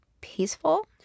peaceful